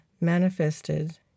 manifested